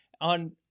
on